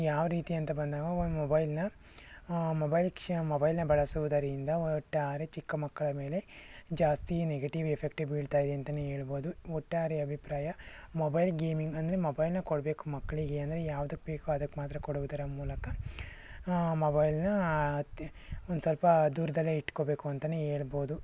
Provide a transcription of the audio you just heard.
ಯಾವ ರೀತಿ ಅಂತ ಬಂದಾಗ ಒಂದು ಮೊಬೈಲ್ನ ಮೊಬೈಲ್ ಕ್ಷೆ ಮೊಬೈಲ್ನ ಬಳಸುವುದರಿಂದ ಒಟ್ಟಾರೆ ಚಿಕ್ಕ ಮಕ್ಕಳ ಮೇಲೆ ಜಾಸ್ತಿ ನೆಗೆಟಿವ್ ಎಫೆಕ್ಟೇ ಬೀಳ್ತಾಯಿದೆ ಅಂತಲೇ ಹೇಳ್ಬೋದು ಒಟ್ಟಾರೆ ಅಭಿಪ್ರಾಯ ಮೊಬೈಲ್ ಗೇಮಿಂಗ್ ಅಂದರೆ ಮೊಬೈಲ್ನ ಕೊಡಬೇಕು ಮಕ್ಕಳಿಗೆ ಅಂದರೆ ಯಾವ್ದಕ್ಕೆ ಬೇಕೋ ಅದಕ್ಕೆ ಮಾತ್ರ ಕೊಡುವುದರ ಮೂಲಕ ಮೊಬೈಲ್ನ ಅತಿ ಒಂದು ಸ್ವಲ್ಪ ದೂರದಲ್ಲೇ ಇಟ್ಕೋಬೇಕು ಅಂತಲೇ ಹೇಳ್ಬೋದು